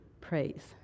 praise